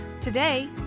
Today